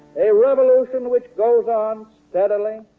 a revolution, which goes on steadily,